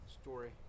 Story